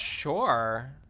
Sure